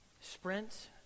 sprint